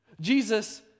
Jesus